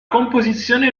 composizione